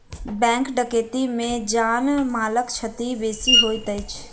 bank डकैती मे जान मालक क्षति बेसी होइत अछि